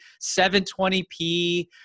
720p